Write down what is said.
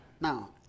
Now